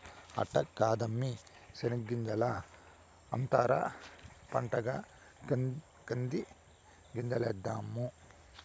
అట్ట కాదమ్మీ శెనగ్గింజల అంతర పంటగా కంది గింజలేద్దాము